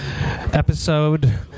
episode